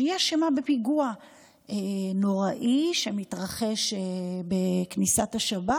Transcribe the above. שהיא אשמה בפיגוע נוראי שמתרחש בכניסת השבת